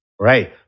Right